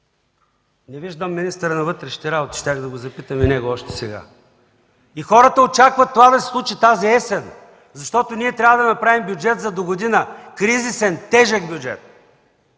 Не виждам министъра на вътрешните работи, щях да запитам и него още сега. Хората очакват това да се случи тази есен, защото ние трябва да направим бюджет за догодина – кризисен, тежък бюджет.